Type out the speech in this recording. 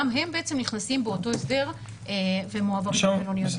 גם הם נכנסים באותו הסדר ומועברים למלוניות.